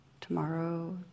Tomorrow